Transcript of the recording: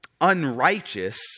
unrighteous